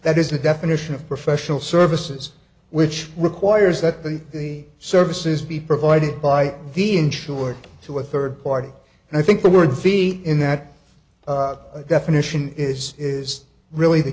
that is the definition of professional services which requires that the services be provided by the insurer to a third party and i think the word fee in that definition is is really the